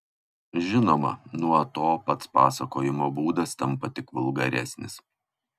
žinoma nuo to pats pasakojimo būdas tampa tik vulgaresnis